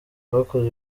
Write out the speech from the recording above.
twakoze